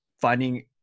finding